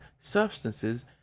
substances